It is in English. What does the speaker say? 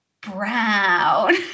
brown